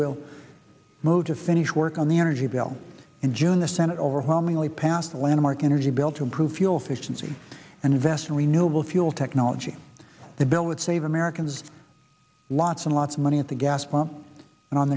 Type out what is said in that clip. will move to finish work on the energy bill in june the senate overwhelmingly passed a landmark energy bill to improve fuel efficiency and invest in renewable fuel technology the bill would save americans lots and lots of money at the gas pump and on